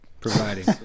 Providing